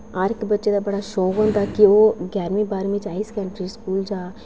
हर इक बच्चे दा बड़ा शौक होंदा ऐ कि ओह् गैह्रमीं बाह्रमीं च हाई सकैंडरी स्कूल जा